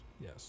yes